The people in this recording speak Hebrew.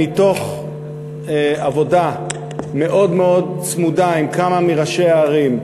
מתוך עבודה מאוד מאוד צמודה עם כמה מראשי הערים,